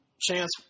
Chance